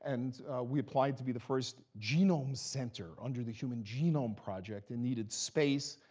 and we applied to be the first genome center under the human genome project, and needed space.